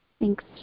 Thanks